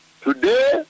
today